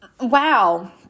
wow